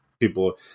People